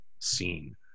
scene